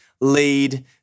lead